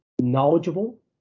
knowledgeable